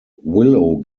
willow